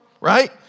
right